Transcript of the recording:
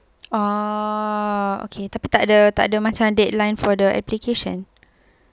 uh okay tapi tidak ada tidak ada macam deadline for the application